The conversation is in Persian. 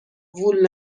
وول